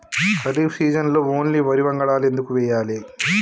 ఖరీఫ్ సీజన్లో ఓన్లీ వరి వంగడాలు ఎందుకు వేయాలి?